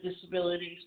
disabilities